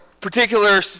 particular